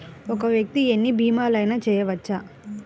ఒక్క వ్యక్తి ఎన్ని భీమలయినా చేయవచ్చా?